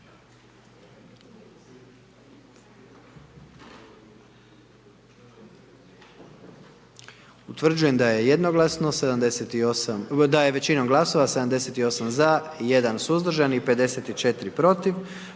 Utvrđujem da je većinom glasova 81 za i 19 glasova protiv